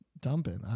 dumping